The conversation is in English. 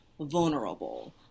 vulnerable